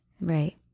right